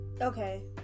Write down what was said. Okay